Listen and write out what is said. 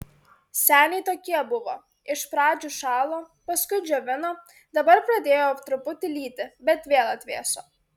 seniai tokie buvo iš pradžių šalo paskui džiovino dabar pradėjo truputį lyti bet vėl atvėso